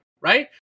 right